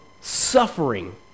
suffering